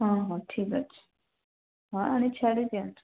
ହଁ ହଁ ଠିକ୍ ଅଛି ହଁ ଆଣି ଛାଡ଼ି ଦିଅନ୍ତୁ